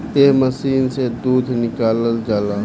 एह मशीन से दूध निकालल जाला